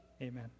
Amen